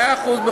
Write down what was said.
מאה אחוז.